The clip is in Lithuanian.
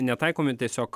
netaikomi tiesiog